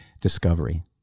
Discovery